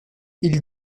ils